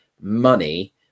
money